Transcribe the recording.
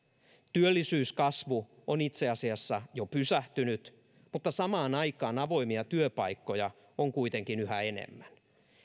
työllisyyskasvu on itse asiassa jo pysähtynyt mutta samaan aikaan avoimia työpaikkoja on kuitenkin yhä enemmän